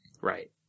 Right